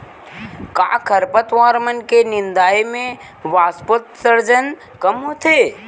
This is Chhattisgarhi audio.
का खरपतवार मन के निंदाई से वाष्पोत्सर्जन कम होथे?